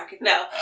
No